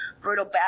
brutal